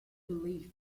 belief